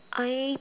I